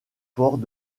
port